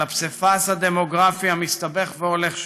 על הפסיפס הדמוגרפי המסתבך והולך שלו,